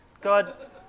God